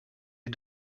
les